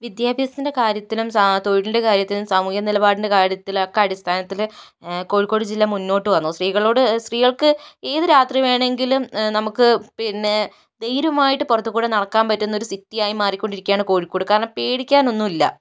വിദ്യാഭ്യാസത്തിന്റെ കാര്യത്തിലും തൊഴിലിന്റെ കാര്യത്തിലും സാമൂഹിക നിലപാടിന്റെ കാര്യത്തിലൊക്കെ അടിസ്ഥാനത്തില് കോഴിക്കോട് ജില്ല മുന്നോട്ടു വന്നു സ്ത്രീകളോട് സ്ത്രീകള്ക്ക് ഏതു രാത്രി വേണമെങ്കിലും നമുക്ക് പിന്നെ ധൈര്യമായിട്ട് പുറത്തുകൂടി നടക്കാന് പറ്റുന്നൊരു സിറ്റിയായി മാറിക്കൊണ്ടിരിക്കുകയാണ് കോഴിക്കോട് കാരണം പേടിക്കാന് ഒന്നുമില്ല